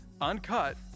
uncut